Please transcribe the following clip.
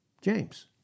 James